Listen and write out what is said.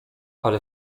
ale